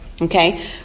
Okay